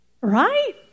Right